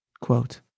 quote